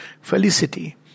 felicity